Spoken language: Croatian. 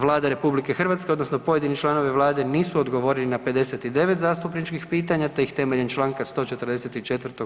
Vlada RH odnosno pojedini članovi Vlade nisu odgovorili na 59 zastupničkih pitanja te ih temeljem čl. 144.